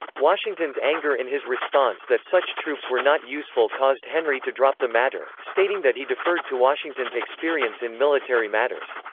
washington's anger in his response that such troops were not useful caused henry to drop the matter, stating that he deferred to washington's experience in military matters.